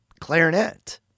clarinet